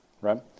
right